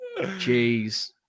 Jeez